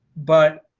but